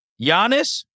Giannis